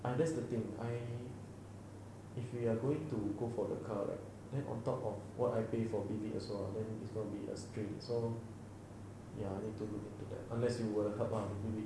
ah that's the thing I if we are going to go for the car right then on top of what I pay for bibik also ah then it's gonna be a strain so ya I need to look into that unless if you were to help ah with bibik